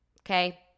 okay